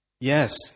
yes